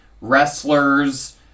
wrestlers